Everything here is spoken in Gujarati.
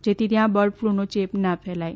જેથી ત્યાં બર્ડફ્લૂનો ચેપ ના ફેલાય